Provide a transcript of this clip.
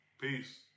Peace